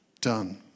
done